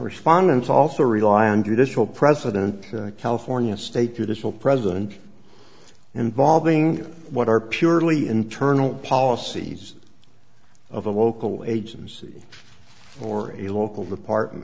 respondents also rely on judicial president california state judicial president involving what are purely internal policies of a local agency or a local department